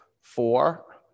four